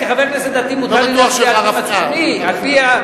הרי כחבר כנסת דתי מותר לי להצביע על-פי מצפוני.